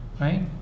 right